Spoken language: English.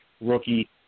rookie